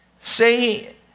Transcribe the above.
say